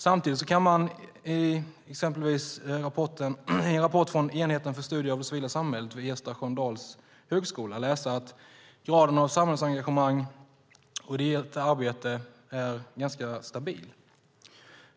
Samtidigt kan man till exempel i en rapport från Enheten för forskning om det civila samhället vid Ersta Sköndal högskola läsa att graden av samhällsengagemang och ideellt arbete är ganska stabil.